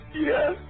Yes